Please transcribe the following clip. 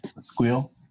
Squeal